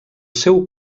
seu